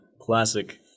classic